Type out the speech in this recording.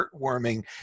heartwarming